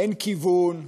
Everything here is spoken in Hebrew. אין כיוון,